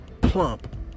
plump